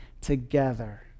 together